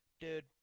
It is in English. dude